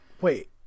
Wait